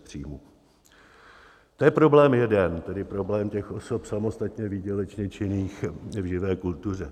To je problém jeden, tedy problém těch osob samostatně výdělečně činných v živé kultuře.